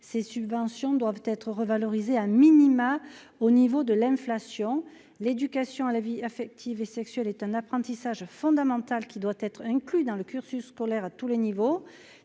ces subventions ne doivent être. Revalorisé a minima au niveau de l'inflation, l'éducation à la vie affective et sexuelle est un apprentissage fondamental qui doit être inclus dans le cursus scolaire à tous les niveaux,